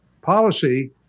policy